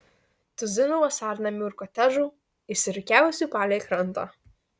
tuzinų vasarnamių ir kotedžų išsirikiavusių palei krantą